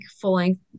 full-length